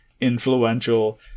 influential